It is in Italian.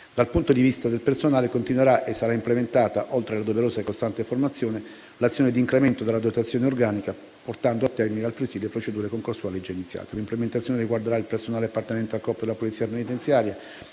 Dal punto di vista del personale, continuerà e sarà implementata, oltre alla doverosa e costante formazione, l'azione di incremento della dotazione organica, portando a termine altresì le procedure concorsuali già iniziate. L'implementazione riguarderà il personale appartenente al corpo della polizia penitenziaria,